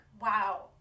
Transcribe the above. wow